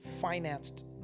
financed